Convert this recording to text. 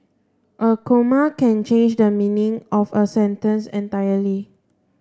a comma can change the meaning of a sentence entirely